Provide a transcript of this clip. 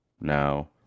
Now